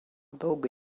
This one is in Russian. долго